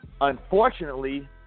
unfortunately